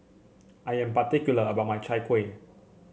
I am particular about my Chai Kuih